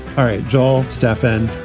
all right, joel, stefan,